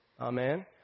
Amen